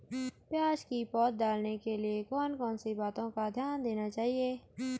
प्याज़ की पौध डालने के लिए कौन कौन सी बातों का ध्यान देना चाहिए?